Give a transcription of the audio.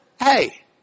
hey